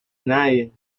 night